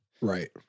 Right